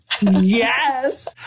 Yes